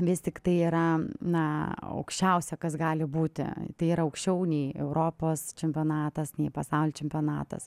vis tiktai yra na aukščiausia kas gali būti tai yra aukščiau nei europos čempionatas nei pasaulio čempionatas